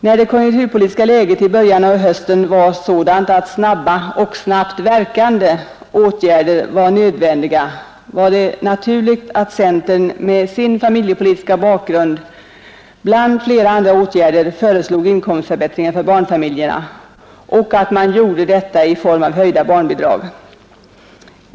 När det konjunkturpolitiska läget i början av hösten var sådant att snabba och snabbt verkande åtgärder var nödvändiga, var det naturligt att centern med sin familjepolitiska bakgrund bland flera andra åtgärder föreslog inkomstförbättringar för barnfamiljerna och att man gjorde detta i form av höjda barnbidrag.